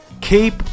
keep